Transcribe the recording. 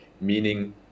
meaning